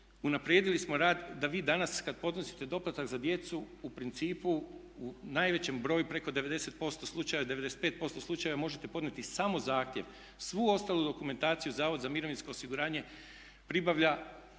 unaprijedili smo rad da vi danas kad podnosite doplatak za djecu u principu u najvećem broju preko 90% slučajeva, 95% slučajeva možete podnijeti samo zahtjev. Svu ostalu dokumentaciju HZMO pribavlja u razmjeni